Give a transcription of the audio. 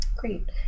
Great